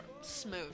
smooth